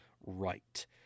right